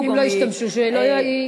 אם לא השתמשו שלא יציעו,